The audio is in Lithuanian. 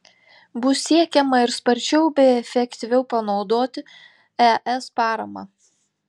bus siekiama ir sparčiau bei efektyviau panaudoti es paramą